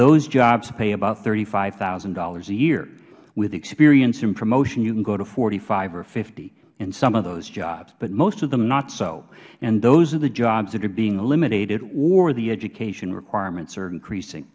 those jobs pay about thirty five thousand dollars a year with experience and promotion you can go to forty five or fifty in some of those jobs but most of them not so and those are the jobs that are being eliminated or the education requirements are increasing